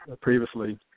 previously